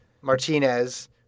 Martinez